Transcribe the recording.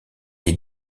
est